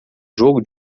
jogo